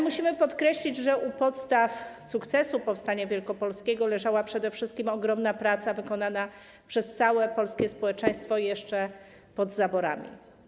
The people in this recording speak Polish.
Musimy podkreślić, że u podstaw sukcesu powstania wielkopolskiego leżała przede wszystkim ogromna praca wykonana przez całe polskie społeczeństwo jeszcze pod zaborami.